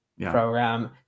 program